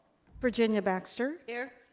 virginia baxter. here.